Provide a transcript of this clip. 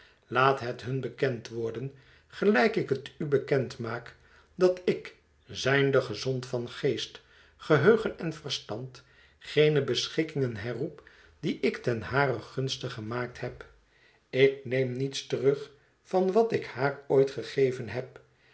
laat het hun bekend worden gelijk ik het u bekend maak dat ik zijnde gezond van geest geheugen en verstand geene beschikkingen herroep die ik ten haren gunste gemaakt heb ik neem niets terug van wat ik haar ooit gegeven heb